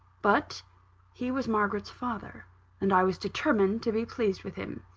but he was margaret's father and i was determined to be pleased with him.